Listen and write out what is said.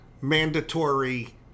mandatory